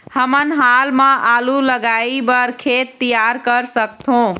हमन हाल मा आलू लगाइ बर खेत तियार कर सकथों?